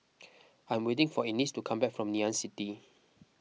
I am waiting for Ennis to come back from Ngee Ann City